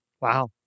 Wow